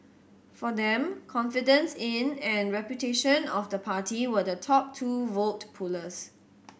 for them confidence in and reputation of the party were the top two vote pullers